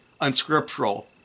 unscriptural